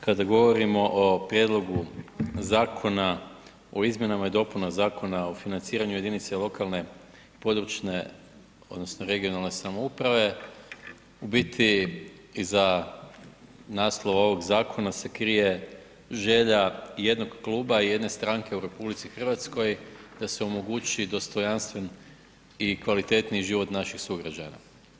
Kada govorimo o Prijedlogu zakona o izmjenama i dopunama Zakona o financiranju jedinice lokalne i područne odnosno regionalne samouprave, u biti, za naslov ovog zakona se krije želja jednog kluba, jedne stranke u RH da se omogući dostojanstven i kvalitetniji život naših sugrađana.